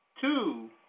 two